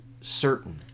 certain